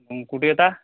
कुठे येता